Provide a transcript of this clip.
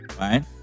right